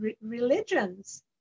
religions